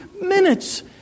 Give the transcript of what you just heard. minutes